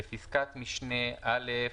בפסקת משנה (א)